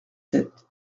sept